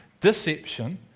deception